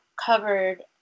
covered